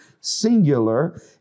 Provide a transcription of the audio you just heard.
singular